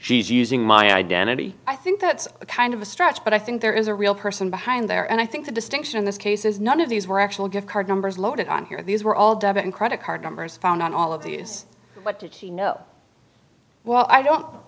she's using my identity i think that's kind of a stretch but i think there is a real person behind there and i think the distinction in this case is none of these were actual gift card numbers loaded on here these were all debit and credit card numbers found out all of these what did she know well i don't know